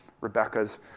Rebecca's